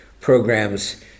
programs